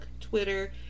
Twitter